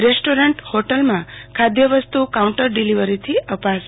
restaurant હોટલમાં ખાદ્ય વસ્તુ કાઉન્ટર ડીલીવરીથી અપાશે